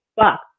fuck